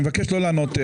אני מבקש לא לענות.